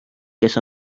kes